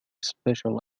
special